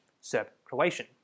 Serb-Croatian